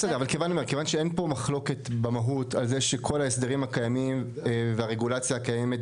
אבל כיוון שאין פה מחלוקת על כך שההסדרים הקיימים והרגולציה הקיימת,